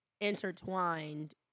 intertwined